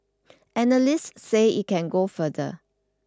analysts say it can go further